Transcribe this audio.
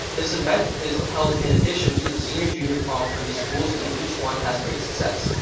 this event is held in addition to the senior junior prom for these schools, and each one has great success.